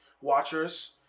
watchers